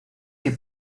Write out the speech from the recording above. que